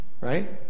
right